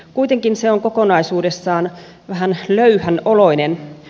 kuitenkin se on kokonaisuudessaan vähän löyhän oloinen